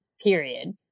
period